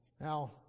Now